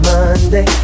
Monday